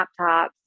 laptops